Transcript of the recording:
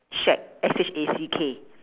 shack S H A C K